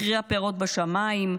מחירי הפירות בשמיים,